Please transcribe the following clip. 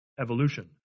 evolution